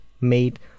made